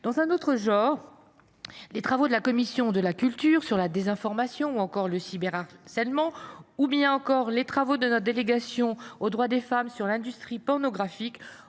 Dans un autre registre, les travaux de la commission de la culture sur la désinformation et le cyberharcèlement ou les travaux de notre délégation aux droits des femmes sur l’industrie pornographique